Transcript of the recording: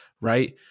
right